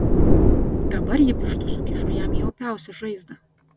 dabar ji pirštus sukišo jam į opiausią žaizdą